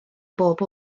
bob